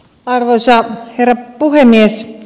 arvoisa herra puhemies